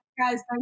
guys